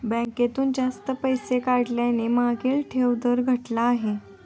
बँकेतून जास्त पैसे काढल्याने मागणी ठेव दर घटला आहे